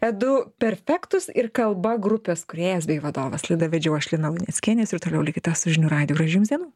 edu perfectus ir kalba grupės kūrėjas bei vadovas laidą vedžiau aš lina luneckienė jūs ir toliau likite su žinių radiju gražių jums dienų